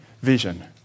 vision